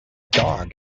dog